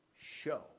show